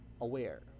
aware